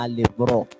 libro